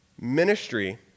Ministry